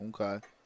Okay